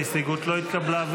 ההסתייגות לא התקבלה.